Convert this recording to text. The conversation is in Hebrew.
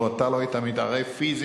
אילו אתה לא היית מתערב פיזית,